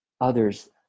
others